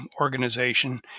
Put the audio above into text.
organization